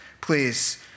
Please